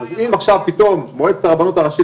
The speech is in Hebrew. אם עכשיו פתאום מועצת הרבנות הראשית,